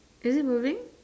is it moving